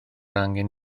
angen